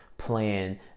plan